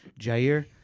Jair